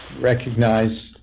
recognized